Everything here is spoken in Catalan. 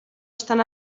estan